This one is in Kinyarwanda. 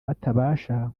batabasha